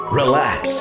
relax